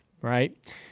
right